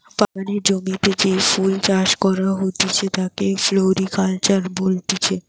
বাগানের জমিতে যে ফুল চাষ করা হতিছে তাকে ফ্লোরিকালচার বলতিছে